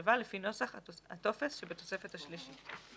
ההשבה לפי נוסח הטופס שבתוספתה שלישית.